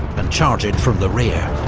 and charge it from the rear.